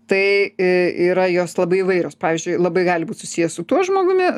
tai yra jos labai įvairios pavyzdžiui labai gali būt susiję su tuo žmogumi